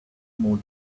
more